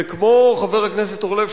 וכמו חבר הכנסת אורלב,